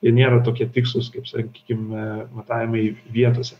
jie nėra tokie tikslūs kaip sakykime matavimai vietose